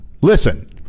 Listen